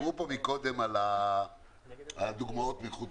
דיברו כאן קודם כל הדוגמאות מחו"ל